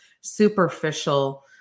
superficial